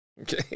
okay